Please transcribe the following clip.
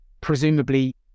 presumably